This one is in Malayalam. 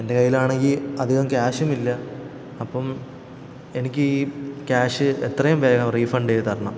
എൻ്റെ കയ്യിലാണെങ്കിൽ അധികം ക്യാഷും ഇല്ല അപ്പം എനിക്ക് ഈ ക്യാഷ് എത്രയും വേഗം റീഫണ്ട് ചെയ്തു തരണം